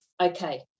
okay